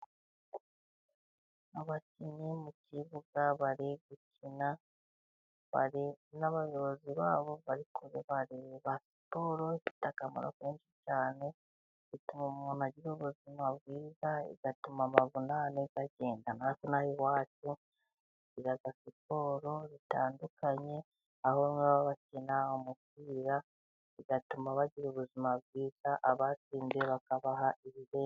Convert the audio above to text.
Abakinnyi mu kibuga bari gukina, n'abayobozi babo bari kubareba. Siporo ifite akamaro kenshi cyane. Ituma umuntu agira ubuzima bwiza, igatuma amavunane agenda. Natwe inaha iwacu tugira siporo zitandukanye. Aho baba bakina umupira, bigatuma bagira ubuzima bwiza. Abatsinze bakabaha ibihembo.